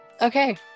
Okay